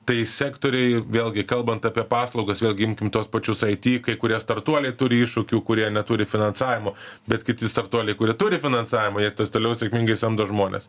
tai sektoriai vėlgi kalbant apie paslaugas vėlgi imkim tuos pačius aity kai kurie startuoliai turi iššūkių kurie neturi finansavimo bet kiti startuoliai kurie turi finansavimą jie tas toliau sėkmingai samdo žmones